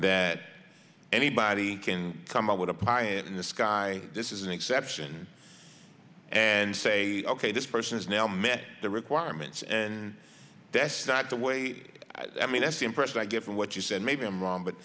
that anybody can come up with a pie in the sky this is an exception and say ok this person is now met the requirements and that's not the way i mean that's the impression i get from what you said maybe i'm wrong but